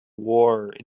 war